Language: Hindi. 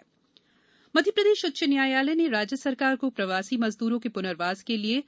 हाईकोर्ट मध्यप्रदेश उच्च न्यायालय ने राज्य सरकार को प्रवासी मजदूरों के पुर्नवास के लिए